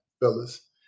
fellas